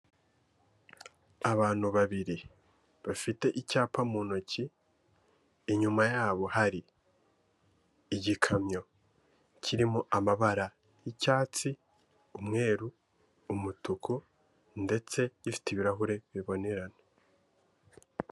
Abantu babiri bafite icyapa mu ntoki inyuma yabo hari igikamyo kirimo amabara y'icyatsi, umweru, umutuku ndetse gifite ibirahure bibonerana.